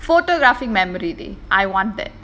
photographic memory dey I want that